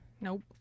Nope